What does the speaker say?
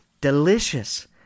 Delicious